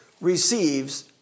receives